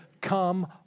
Come